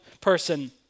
person